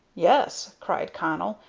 yes, cried connell,